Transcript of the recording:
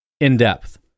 in-depth